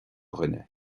dhuine